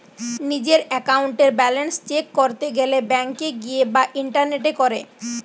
নিজের একাউন্টের balance check করতে গেলে ব্যাংকে গিয়ে বা ইন্টারনেটে করে